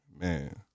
man